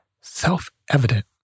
self-evident